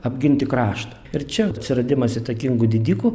apginti kraštą ir čia atsiradimas įtakingų didikų